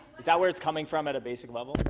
is that where it's coming from at a basic level.